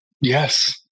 Yes